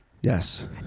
Yes